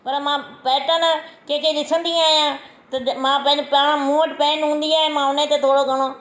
पर मां पेटर्न कंहिंखे ॾिसंदी आहियां त ज मां पंहिंजे पाण मूं वटि पइनि हूंदी आहे मां उन ते थोरो घणो